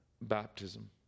baptism